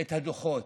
את הדוחות.